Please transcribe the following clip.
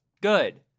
Good